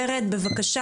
ורד בבקשה,